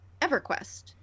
EverQuest